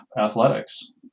athletics